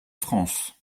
france